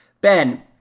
Ben